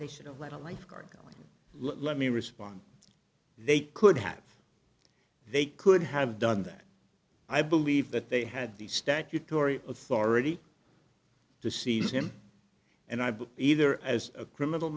they should have let a lifeguard go let me respond they could have they could have done that i believe that they had the statutory authority to seize him and i but either as a criminal